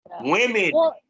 Women